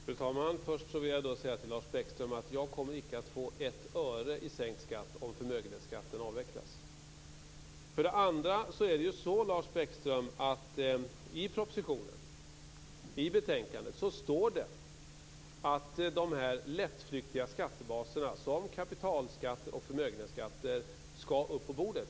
Fru talman! Först vill jag säga till Lars Bäckström att jag icke kommer att få ett öre i sänkt skatt om förmögenhetsskatten avvecklas. För det andra står det i propositionen och i betänkandet, Lars Bäckström, att de lättflyktiga skattebaserna, som kapitalskatter och förmögenhetsskatter, skall upp på bordet.